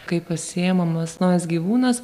kai pasiimamas naujas gyvūnas